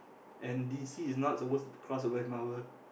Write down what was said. and d_c is not supposed to cross over with Marvel